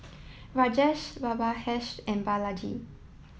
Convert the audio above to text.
Rajesh Babasaheb and Balaji